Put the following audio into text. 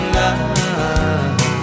love